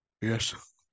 Yes